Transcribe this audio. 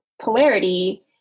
polarity